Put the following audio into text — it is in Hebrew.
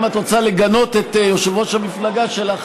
אם את רוצה לגנות את יושב-ראש המפלגה שלך,